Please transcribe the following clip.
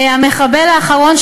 המחבל האחרון,